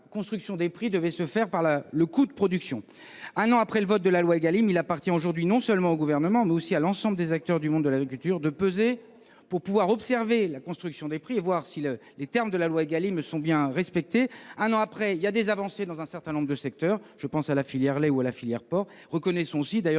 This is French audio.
construction des prix devait se faire sur la base du coût de production. Un an après le vote de la loi Égalim, il appartient aujourd'hui non seulement au Gouvernement, mais aussi à l'ensemble des acteurs du monde de l'agriculture, de peser pour observer la construction des prix et vérifier que les termes de la loi sont bien respectés. Un an après, on constate des avancées dans un certain nombre de secteurs ; je pense à la filière lait ou à la filière porc. Reconnaissons cependant-